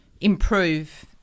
improve